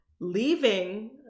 leaving